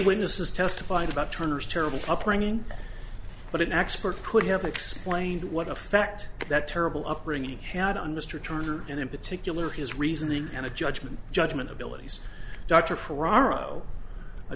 witnesses testified about turner's terrible upbringing but an expert could have explained what effect that terrible upbringing had on mr turner and in particular his reasoning and a judgment judgment abilities dr